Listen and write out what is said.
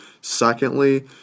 Secondly